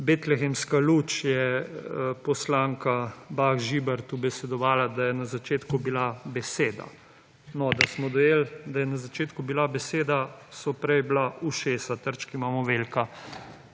betlehemska luč je poslanka Bah Žibert ubesedovala, da je na začetku bila beseda. No, smo dojeli, da je na začetku bila beseda, so prej bila ušesa. Trčki imamo velika.